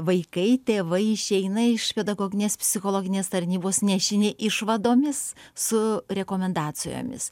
vaikai tėvai išeina iš pedagoginės psichologinės tarnybos nešini išvadomis su rekomendacijomis